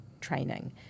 training